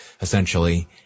essentially